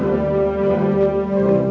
or